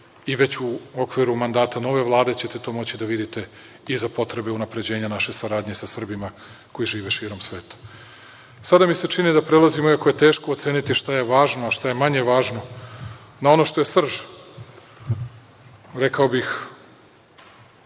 i veću u okviru mandata nove Vlade ćete moći da vidite i za potrebe unapređenja naše saradnje sa Srbima koji žive širom sveta. Sada mi se čini da prelazimo na neku tešku, sada je teško oceniti šta je važno, a šta je manje važno, na ono što je srž, rekao bih